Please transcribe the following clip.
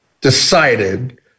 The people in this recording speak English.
decided